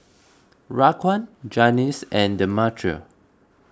Raquan Janis and Demetria